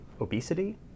obesity